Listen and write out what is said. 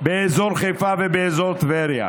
באזור חיפה ובאזור טבריה,